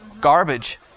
garbage